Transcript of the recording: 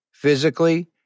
physically